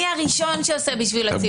מי הראשון שעושה בשביל הציבור.